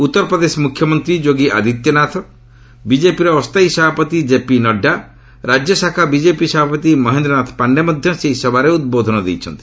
ଉତ୍ତରପ୍ରଦେଶ ମୁଖ୍ୟମନ୍ତ୍ରୀ ଯୋଗୀ ଆଦିତ୍ୟନାଥ ବିଜେପିର ଅସ୍ଥାୟୀ ସଭାପତି ଜେପି ନଡ୍ରା ରାଜ୍ୟଶାଖା ବିଜେପି ସଭାପତି ମହେନ୍ଦ୍ରନାଥ ପାଣ୍ଡେ ମଧ୍ୟ ସେହି ସଭାରେ ଉଦ୍ବୋଧନ ଦେଇଛନ୍ତି